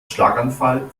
schlaganfall